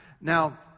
Now